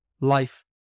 life